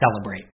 celebrate